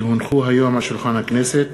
כי הונחו היום על שולחן הכנסת,